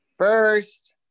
first